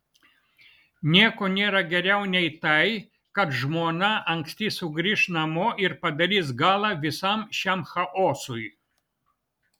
nieko nėra geriau nei tai kad žmona anksti sugrįš namo ir padarys galą visam šiam chaosui